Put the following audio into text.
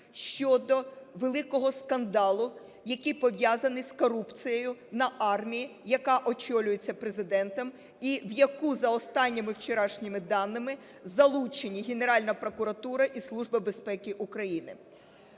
щодо великого скандалу, який пов'язаний з корупцією на армії, яка очолюється Президентом і в яку за останніми вчорашніми даними залучені Генеральна прокуратура і Служба безпеки України.